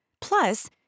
Plus